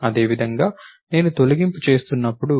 అదేవిధంగా నేను తొలగింపుడిలీట్ చేస్తున్నప్పుడు